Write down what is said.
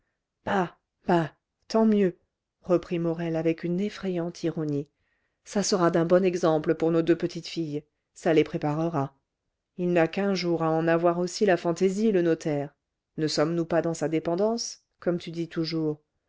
tant mieux reprit morel avec une effrayante ironie ça sera d'un bon exemple pour nos deux petites filles ça les préparera il n'a qu'un jour à en avoir aussi la fantaisie le notaire ne sommes-nous pas dans sa dépendance comme tu dis toujours